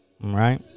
Right